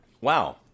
wow